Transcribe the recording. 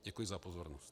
Děkuji za pozornost.